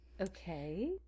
Okay